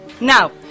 Now